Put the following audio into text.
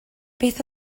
beth